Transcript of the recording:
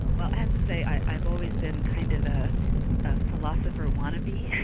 well, i have to say i have always been kind of a ah philosopher wannabe.